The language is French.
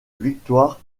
victoire